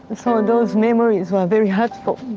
so those memories were very hurtful.